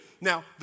Now